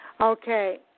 Okay